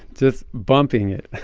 just bumping it,